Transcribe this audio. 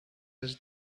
his